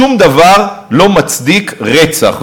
שום דבר לא מצדיק רצח,